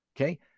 okay